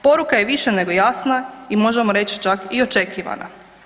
Poruka je više nego jasna i možemo reć čak, i očekivana.